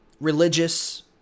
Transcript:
religious